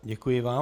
Děkuji vám.